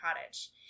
Cottage